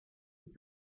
with